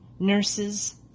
Nurses